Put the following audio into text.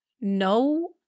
no